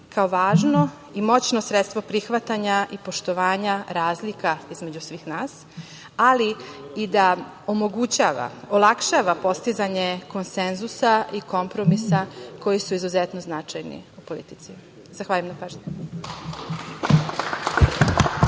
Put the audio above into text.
kao važno i moćno sredstvo prihvatanja i poštovanja razlika između svih nas, ali i da omogućava i olakšava postizanje konsenzusa i kompromisa koji su izuzetno značajni u politici. Zahvaljujem na pažnji.